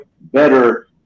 Better